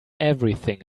everything